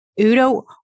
Udo